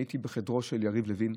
אני הייתי בחדרו של יריב לוין,